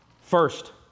First